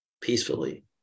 peacefully